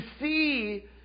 see